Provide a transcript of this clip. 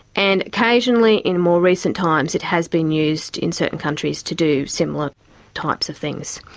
and occasionally in more recent times it has been used in certain countries to do similar types of things.